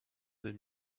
des